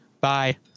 Bye